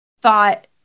thought